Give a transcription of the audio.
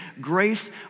grace